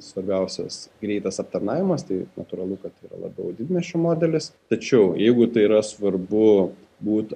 svarbiausias greitas aptarnavimas tai natūralu kad yra labiau didmiesčių modelis tačiau jeigu tai yra svarbu būt